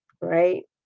Right